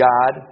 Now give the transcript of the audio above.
God